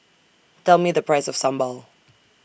Tell Me The Price of Sambal